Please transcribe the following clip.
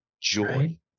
joy